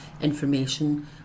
information